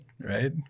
right